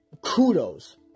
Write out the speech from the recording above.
kudos